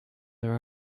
there